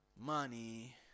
money